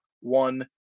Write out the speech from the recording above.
one